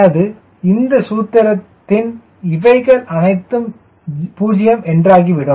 எனது இந்த சூத்திரத்தின் இவைகள் அனைத்தும் 0 என்றாகிவிடும்